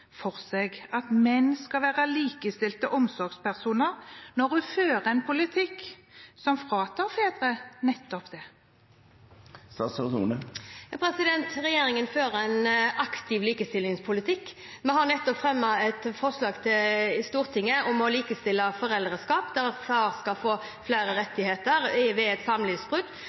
for seg at menn skal være likestilte omsorgspersoner, når hun fører en politikk som fratar fedre nettopp dette? Regjeringen fører en aktiv likestillingspolitikk. Vi har nettopp fremmet et forslag i Stortinget om å likestille foreldreskap, der far skal få flere rettigheter ved samlivsbrudd. Vi har ute på høring et